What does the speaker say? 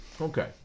Okay